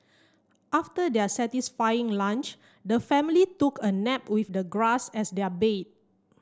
after their satisfying lunch the family took a nap with the grass as their bed